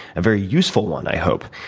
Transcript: a very useful one, i hope.